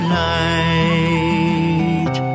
light